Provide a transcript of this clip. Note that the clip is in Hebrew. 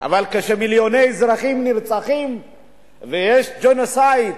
כשמיליוני אזרחים נרצחים ויש ג'נוסייד,